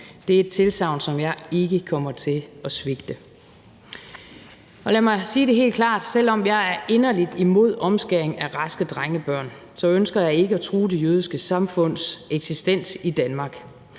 Det er et tilsagn, som jeg ikke kommer til at svigte. Lad mig sige det helt klart: Selv om jeg er inderligt imod omskæring af raske drengebørn, ønsker jeg ikke at true det jødiske samfunds eksistens i Danmark.